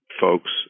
folks